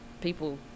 people